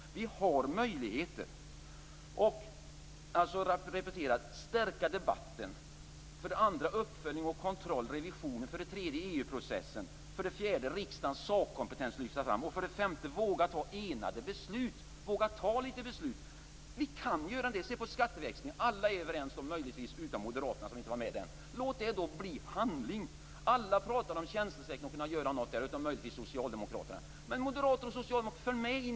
Vi har möjligheter. Jag repeterar: stärkt debatt, uppföljning och kontroll, EU-processen, framlyftande av riksdagens sakkompetens. Och våga ta enade beslut! Våga fatta litet beslut! Vi kan göra det. Se på skatteväxlingen! Alla är överens, utom möjligtvis moderaterna som inte var med. Låt det då bli handling! Alla pratar om att kunna göra något med tjänstesektorn, utom möjligtvis socialdemokraterna. Men moderater och socialdemokrater - följ med in!